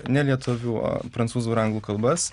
ne lietuvių o prancūzų ir anglų kalbas